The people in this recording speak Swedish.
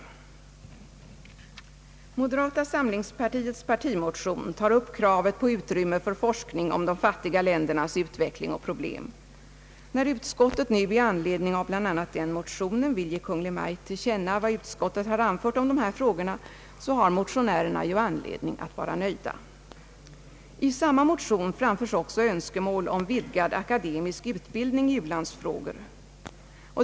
Moderata samlingspartiets partimotion tar upp kravet på utrymme för forskning om de fattiga ländernas utveckling och problem. När utskottet nu i anledning av bl.a. den motionen vill ge Kungl. Maj:t till känna vad utskottet anfört om de här frågorna, så har motionärerna anledning att vara nöjda. I samma motion framfördes också önskemål om vidgad akademisk utbildning i u-landsfrågor.